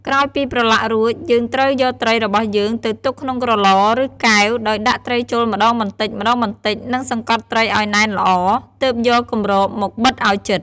ក្រោយពីប្រឡាក់រួច យើងត្រូវយកត្រីរបស់យើងទៅទុកក្នុងក្រឡ ឬ កែវ ដោយដាក់ត្រីចូលម្ដងបន្តិចៗ និងសង្កត់ត្រីឱ្យណែនល្អ ទើបយកគម្របមកបិទឱ្យជិត។